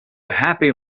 happy